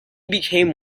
became